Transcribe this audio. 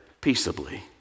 Peaceably